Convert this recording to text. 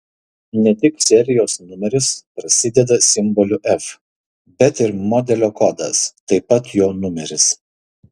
ne tik serijos numeris prasideda simboliu f bet ir modelio kodas taip pat jo numeris